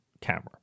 camera